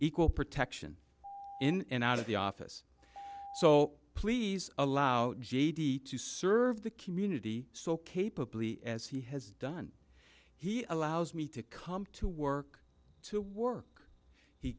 equal protection in and out of the office so please allow g d to serve the community so capably as he has done he allows me to come to work to work he